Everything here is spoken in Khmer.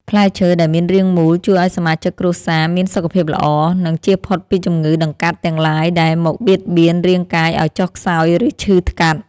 ផ្លែឈើដែលមានរាងមូលជួយឱ្យសមាជិកគ្រួសារមានសុខភាពល្អ និង ជៀសផុតពីជំងឺដង្កាត់ទាំងឡាយដែលមកបៀតបៀនរាងកាយឱ្យចុះខ្សោយឬឈឺថ្កាត់។